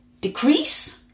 decrease